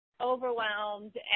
overwhelmed